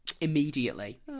immediately